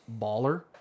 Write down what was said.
baller